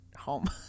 home